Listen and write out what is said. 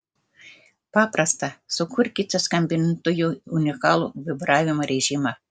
paprasta sukurkite skambintojui unikalų vibravimo režimą